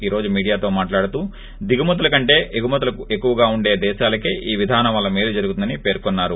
ఈ రోజు మీడోయా తో మాట్లాడుతూ దిగుమతుల కంటే ఎగుమతులు ఎక్కువగా ఉండే దేశాలకే ఈ విధానం వలన మేలు జరుగుతుందని పెర్కున్నరు